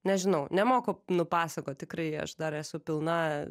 nežinau nemoku nupasakot tikrai aš dar esu pilna